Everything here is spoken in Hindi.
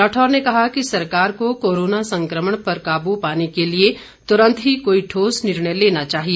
राठौर ने कहा कि सरकार को कोरोना संकमण पर काबू पाने के लिए तुरंत ही कोई ठोस निर्णय लेना चाहिए